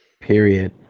period